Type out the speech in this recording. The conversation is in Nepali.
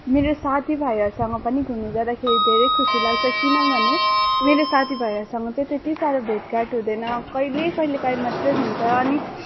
मेरो साथी भाइहरूसँग पनि घुम्नु जाँदाखेरि धेरै खुसी लाग्छ किनभने मेरो साथी भाइहरूसँग चाहिँ त्यति साह्रो भेटघाट हुँदैन कहिले कहिलेकाहीँ मात्र हुन्छ अनि